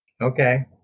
Okay